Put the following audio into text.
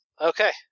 Okay